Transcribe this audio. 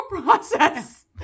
process